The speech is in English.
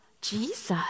Jesus